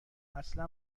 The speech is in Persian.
اصلا